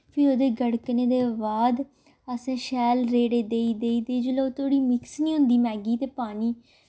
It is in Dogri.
फ्ही ओह्दे गड़कने दे बाद असें शैल रेड़ देई देई देई जेल्ले धीड़ी मिक्स नी होंदी मैगी ते पानी